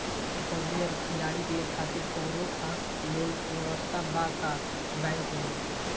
फौजी और खिलाड़ी के खातिर कौनो खास लोन व्यवस्था बा का बैंक में?